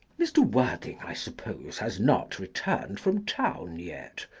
mr. worthing, i suppose, has not returned from town yet?